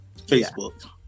Facebook